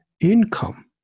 income